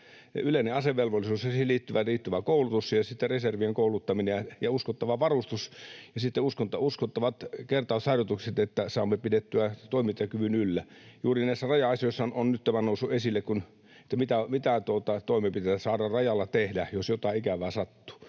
yleinen asevelvollisuus ja siihen liittyvä riittävä koulutus ja sitten reservin kouluttaminen ja uskottava varustus ja sitten uskottavat kertausharjoitukset, niin että saamme pidettyä toimintakyvyn yllä. Juuri näissä raja-asioissahan tämä on nyt noussut esille, mitä toimenpiteitä saa rajalla tehdä, jos jotain ikävää sattuu.